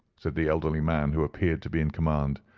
said the elderly man who appeared to be in command.